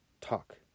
talk